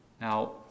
Now